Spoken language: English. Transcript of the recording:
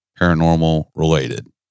paranormal-related